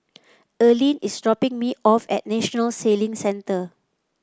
Erline is dropping me off at National Sailing Center